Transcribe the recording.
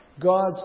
God's